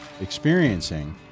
experiencing